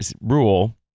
rule